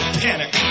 panic